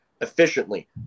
efficiently